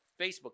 Facebook